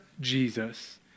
Jesus